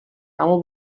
اما